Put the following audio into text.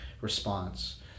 response